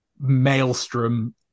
maelstrom